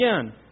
Again